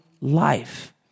life